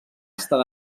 estar